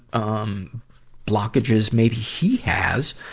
um blockages maybe he has.